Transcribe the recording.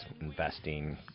investing